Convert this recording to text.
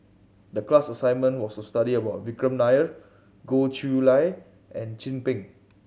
the class assignment was to study about Vikram Nair Goh Chiew Lye and Chin Peng